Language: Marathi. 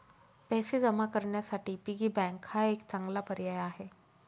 पैसे जमा करण्यासाठी पिगी बँक हा एक चांगला पर्याय आहे